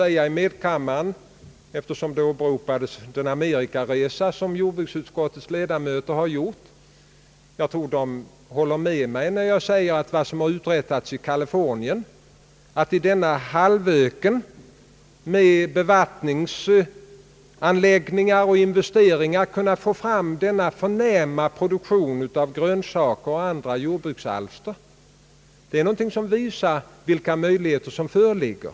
I medkammaren åberopades en amerikaresa som jordbruksutskottets ledamöter hade gjort. Jag tror de håller med mig när jag säger att mycket uträttats i Kalifornien. Att i denna halvöken med hjälp av bevattningsanläggningar och andra investeringar få fram denna förnämliga produktion av grönsaker och andra jordbruksalster visar vilka möjligheter som föreligger.